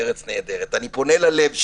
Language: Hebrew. מ"ארץ נהדרת" אני פונה ללב שלכם,